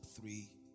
three